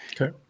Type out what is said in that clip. Okay